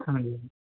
ਹਾਂਜੀ